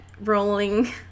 rolling